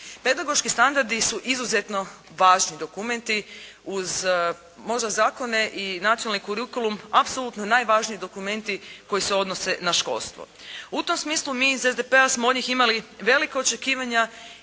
Pedagoški standardi su izuzetno važni dokumenti, uz možda zakone i načelni kurikulum, apsolutno najvažniji dokumenti koji se odnose na školstvo. U tom smislu mi iz SDP- a smo od njih imali velika očekivanja